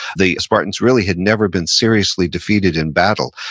the spartans really had never been seriously defeated in battle,